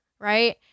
right